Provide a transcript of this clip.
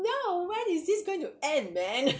no when is this going to end man